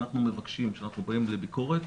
אנחנו מבקשים כשאנחנו באים לביקורת,